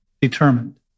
determined